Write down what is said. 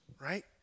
right